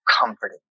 comforting